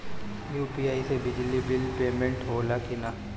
UPI से बिजली bill payment होला कि न?